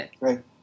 Right